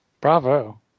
Bravo